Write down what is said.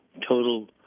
total